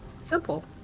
simple